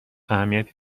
اهمیتی